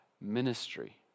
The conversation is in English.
ministry